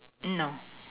no